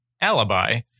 Alibi